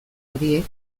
hori